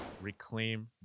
Reclaim